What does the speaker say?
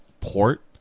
port